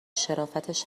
شرافتش